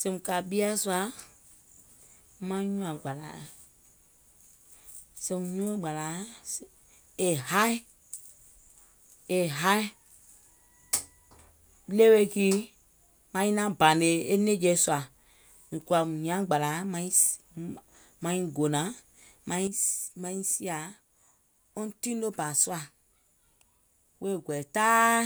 Sèèìm kɔ̀à ɓieɛ̀ sùà, maŋ nyùȧŋ gbàlàa, sèèùm nyuɔŋ gbàlàa è haì, è haì, mùŋ kɔ̀àùm hiàŋ gbàlàa, maiŋ gonàŋ maiŋ sià wɔŋ tinò bà sùà wèè gɔ̀ɛ̀ɛ̀ taai,